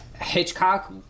Hitchcock